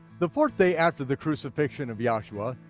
the fourth day after the crucifixion of yahshua,